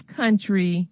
country